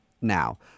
now